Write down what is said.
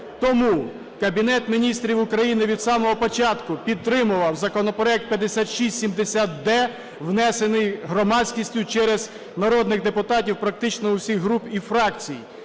Тому Кабінет Міністрів України від самого початку підтримував законопроект 5670-д, внесений громадськістю через народних депутатів, практично всіх груп і фракцій.